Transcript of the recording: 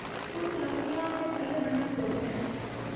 कुछ लकड़ियों में छल्ले बने हुए होते हैं